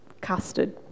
Custard